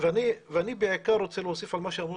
אני בעיקר רוצה להוסיף על מה שאמרו